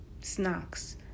snacks